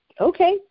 okay